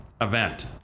Event